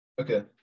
Okay